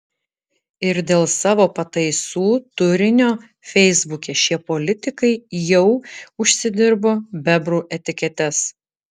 ir dėl savo pataisų turinio feisbuke šie politikai jau užsidirbo bebrų etiketes